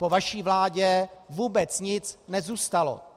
Po vaší vládě vůbec nic nezůstalo.